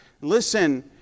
Listen